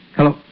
Hello